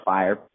Fire